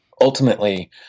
ultimately